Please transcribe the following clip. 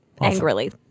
angrily